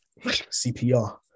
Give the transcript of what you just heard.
CPR